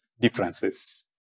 differences